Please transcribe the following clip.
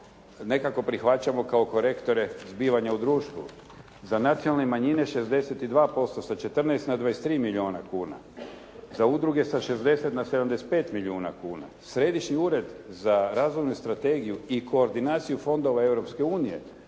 nekako prihvaćamo kao korektore zbivanja u društvu. Za nacionalne manjine 62%, sa 14 na 23 milijuna kuna. Za udruge sa 60 na 75 milijuna kuna. Središnji ured za razvojnu strategiju i koordinaciju fondova